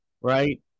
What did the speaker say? Right